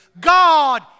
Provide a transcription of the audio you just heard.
God